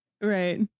Right